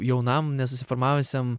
jaunam nesusiformavusiam